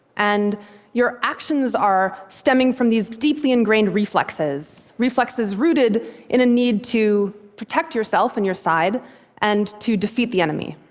and your actions are stemming from these deeply ingrained reflexes, reflexes rooted in a need to protect yourself and your side and to defeat the enemy.